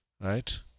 right